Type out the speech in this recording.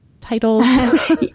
titles